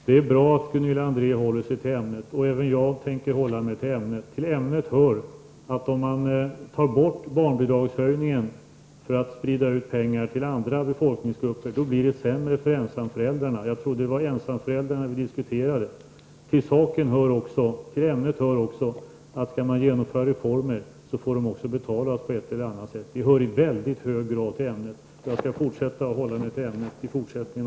Herr talman! Det är bra att Gunilla André håller sig till ämnet. Även jag tänker göra det. Och till ämnet hör att om man tar bort barnbidragshöjningen för att sprida ut pengar till andra befolkningsgrupper, så blir det sämre för ensamföräldrarna. Och jag trodde att det var ensamföräldrarna som vi diskuterade. Till ämnet hör också att om man skall genomföra reformer så måste de betalas på ett eller annat sätt. Det hör i mycket grad till ämnet. Jag skall därför fortsätta att hålla mig till ämnet även i fortsättningen.